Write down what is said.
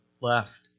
left